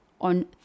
on